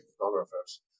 photographers